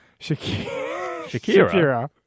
Shakira